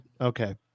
Okay